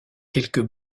quelques